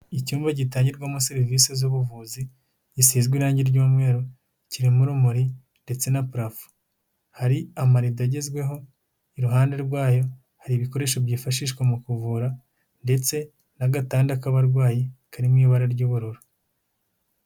Icyumba gitangirwamo serivisi z'ubuvuzi, gisizwe irangi ry'mweru kirimo urumuri ndetse na parafo, hari amarido agezweho, iruhande rwayo hari ibikoresho byifashishwa mu kuvura ndetse n'agatanda k'abarwayi kari mu ibara ry'ubururu.